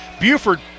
Buford